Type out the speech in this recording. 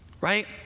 Right